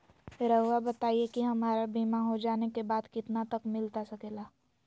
रहुआ बताइए कि हमारा बीमा हो जाने के बाद कितना तक मिलता सके ला?